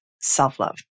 self-love